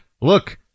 look